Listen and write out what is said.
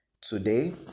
Today